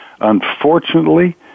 Unfortunately